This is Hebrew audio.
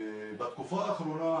בתקופה האחרונה,